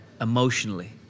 emotionally